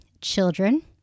children